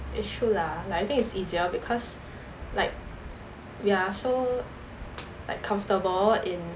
it's true lah like I think it's easier because like ya so like comfortable in